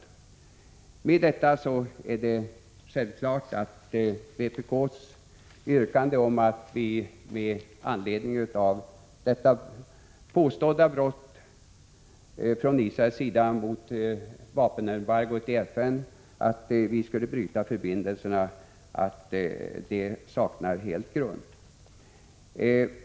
I och med detta är det självklart att vpk:s yrkande om att vi med anledning av detta påstådda brott från Israels sida mot FN:s vapenembargo skulle bryta förbindelserna helt saknar grund.